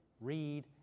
read